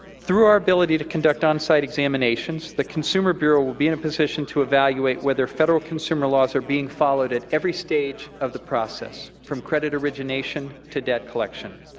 through our ability to conduct on-site examinations, the consumer bureau will be in a position to evaluate whether federal consumer laws are being followed at every stage of the process, from credit origination to debt collection.